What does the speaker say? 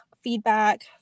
feedback